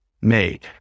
made